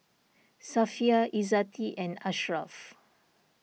Safiya Lzzati and Ashraf